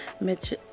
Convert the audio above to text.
mitch